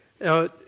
Now